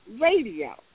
Radio